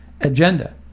agenda